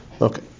Okay